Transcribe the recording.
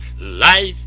life